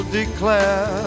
declare